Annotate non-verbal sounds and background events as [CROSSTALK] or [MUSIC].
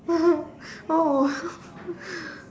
[LAUGHS] oh [LAUGHS]